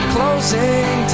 Closing